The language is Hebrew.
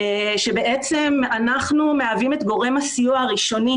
שבעצם אנחנו מהווים את גורם הסיוע הראשוני